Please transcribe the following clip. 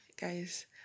guys